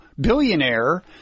billionaire